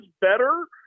better